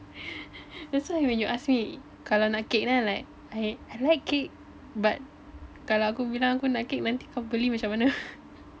that's why when you asked me kalau nak cake then I like I like cake but kalau aku bilang aku nak cake nanti kau beli macam mana